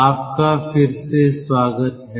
आपका फिर से स्वागत है